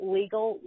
legal